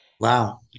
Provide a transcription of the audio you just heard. Wow